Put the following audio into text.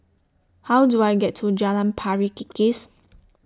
How Do I get to Jalan Pari Kikis